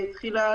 תחילה,